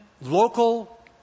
local